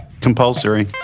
Compulsory